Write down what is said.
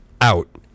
out